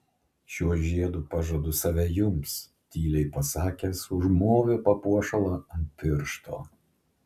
šiuo žiedu pažadu save jums tyliai pasakęs užmovė papuošalą ant piršto